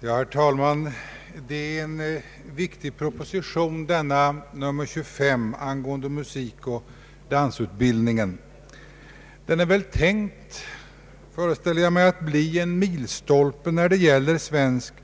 Herr talman! Propositionen nr 25 angående musikoch dansutbildning är en viktig proposition. Den är tänkt, föreställer jag mig, att bli en milstolpe i svensk